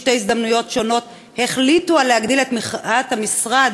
בשתי הזדמנויות שונות החליטו להגדיל את תמיכת המשרד